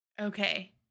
Okay